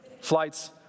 Flights